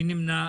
מי נמנע?